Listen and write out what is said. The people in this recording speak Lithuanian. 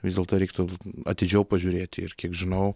vis dėlto reiktų atidžiau pažiūrėti ir kiek žinau